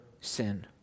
sin